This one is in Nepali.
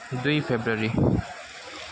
दुई फेब्रुअरी